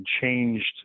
changed